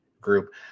group